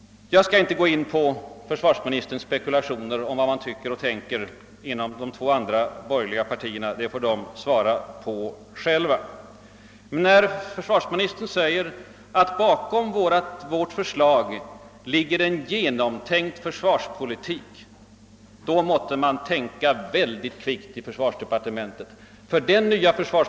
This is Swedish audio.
Jag skall inte gå in på försvarsministerns spekulationer om vad man tycker och tänker inom de två andra borgerliga partierna, det får de själva svara på. Men när försvarsministern säger att bakom vårt förslag ligger en »genomtänkt» försvarspolitik vill jag dra den slutsatsen att man måtte tänka väldigt kvickt i försvarsdepartementet.